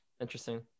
interesting